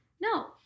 no